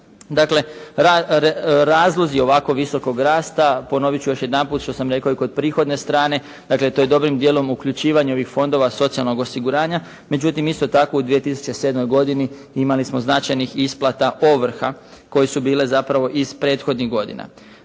Dakle razlozi ovako visokog rasta, ponovit ću još jedanput što sam rekao i kod prihodne strane, dakle to je dobrim dijelom uključivanje ovih fondova socijalnog osiguranja međutim isto tako u 2007. godini imali smo značajnih isplata ovrha koje su bile zapravo iz prethodnih godina.